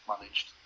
managed